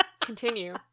continue